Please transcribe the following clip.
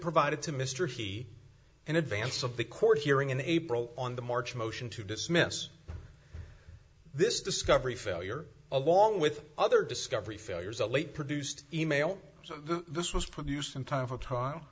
provided to mr he in advance of the court hearing in april on the march motion to dismiss this discovery failure along with other discovery failures a late produced e mail so this was produced in time for trial